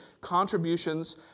contributions